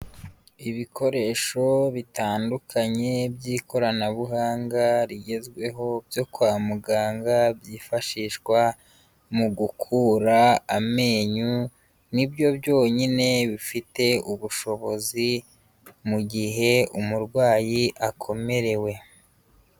Ibikoresho bitandukanye by'ikoranabuhanga rigezweho byo kwa muganga byifashishwa mu gukura amenyo, ni byo byonyine bifite ubushobozi mu gihe umurwayi akomerewe.